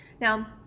Now